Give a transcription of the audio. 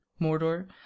Mordor